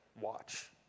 watch